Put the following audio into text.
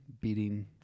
beating